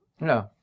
No